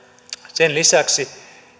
sen lisäksi